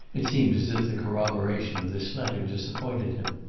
it seemed as if the corroboration of this letter disappointed him.